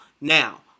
now